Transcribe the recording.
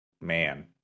man